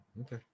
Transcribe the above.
Okay